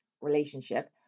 relationship